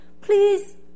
please